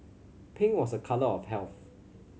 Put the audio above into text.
pink was a colour of health